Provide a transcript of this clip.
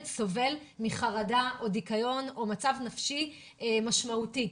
סובל מחרדה או דיכאון או ממצב נפשי משמעותי.